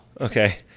okay